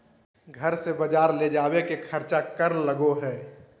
घर से बजार ले जावे के खर्चा कर लगो है?